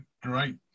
Great